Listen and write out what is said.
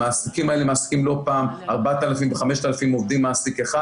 המעסיקים האלה מעסיקים לא פעם 4,000 ו-5,000 עובדים מעסיק אחד.